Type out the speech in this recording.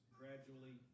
gradually